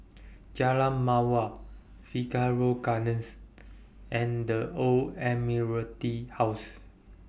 Jalan Mawar Figaro Gardens and The Old Admiralty House